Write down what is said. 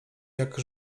jak